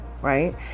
right